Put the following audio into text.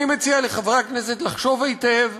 אני מציע לחברי הכנסת לחשוב היטב,